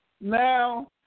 Now